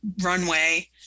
Runway